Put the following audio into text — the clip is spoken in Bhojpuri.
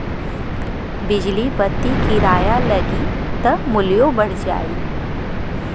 बिजली बत्ति किराया लगी त मुल्यो बढ़ जाई